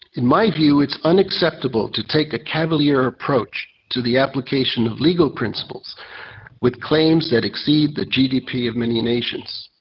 in my view, it's unacceptable to take a cavalier approach to the application of legal principles with claims that exceed the gdp of many nations.